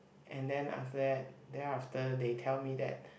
and then after that then after they tell me that